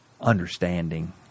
understanding